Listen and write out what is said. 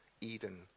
eden